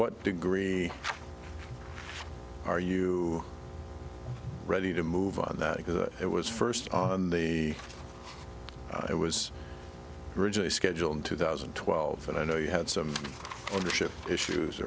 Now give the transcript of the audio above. what degree are you ready to move on that because it was first on the it was originally scheduled in two thousand and twelve and i know you had some ownership issues